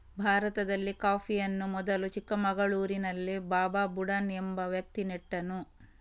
ಭಾರತದಲ್ಲಿ ಕಾಫಿಯನ್ನು ಮೊದಲು ಚಿಕ್ಕಮಗಳೂರಿನಲ್ಲಿ ಬಾಬಾ ಬುಡನ್ ಎಂಬ ವ್ಯಕ್ತಿ ನೆಟ್ಟನು